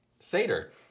Seder